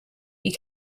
you